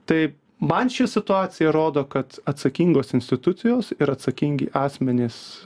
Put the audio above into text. tai man ši situacija rodo kad atsakingos institucijos ir atsakingi asmenys